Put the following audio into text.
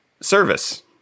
service